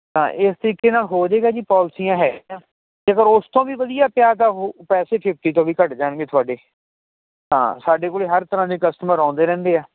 ਤਾਂ ਇਸ ਤਰੀਕੇ ਨਾਲ ਹੋ ਜਾਏਗਾ ਜੀ ਪੋਲਸੀਆਂ ਹੈਗੀਆਂ ਜੇਕਰ ਓਸਤੋਂ ਵੀ ਵਧੀਆ ਪਿਆ ਤਾਂ ਉਹ ਪੈਸੇ ਫਿਫਟੀ ਤੋਂ ਵੀ ਘੱਟ ਜਾਣਗੇ ਥੁਆਡੇ ਹਾਂ ਸਾਡੇ ਕੋਲੇ ਹਰ ਤਰ੍ਹਾਂ ਦੇ ਕਸਟਮਰ ਆਉਂਦੇ ਰਹਿੰਦੇ ਆ